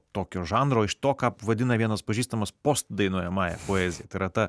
tokio žanro iš to ką vadina vienas pažįstamas postdainuojamąja poezija tai yra ta